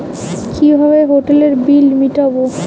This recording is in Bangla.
কিভাবে হোটেলের বিল মিটাব?